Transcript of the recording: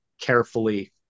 carefully